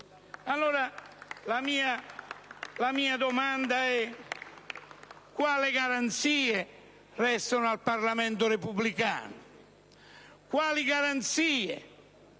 allora, la domanda è: quali garanzie restano al Parlamento repubblicano?